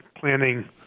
planning